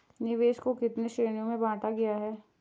निवेश को कितने श्रेणियों में बांटा गया है?